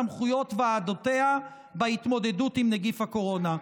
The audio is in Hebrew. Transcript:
סמכויות ועדותיה בהתמודדות עם נגיף הקורונה.